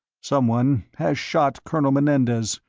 someone has shot colonel menendez,